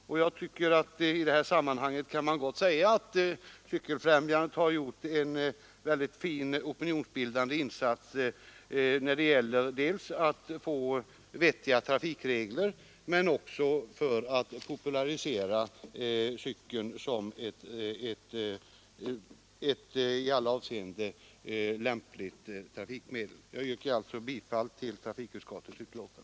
I detta sammanhang tycker jag också att man kan säga att Cykeloch mopedfrämjandet har gjort en mycket fin opinionsbildande insats, dels för att skapa vettiga trafikregler, dels för att popularisera cykeln som ett i alla avseenden lämpligt trafikmedel. Herr talman! Jag yrkar bifall till trafikutskottets hemställan.